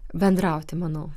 bendrauti manau